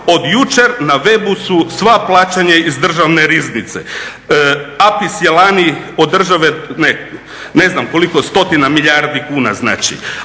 od jučer na webu su sva plaćanja iz Državne riznice. APIS je lani od države ne znam koliko stotina milijardi kuna znači,